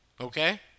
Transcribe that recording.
Okay